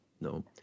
no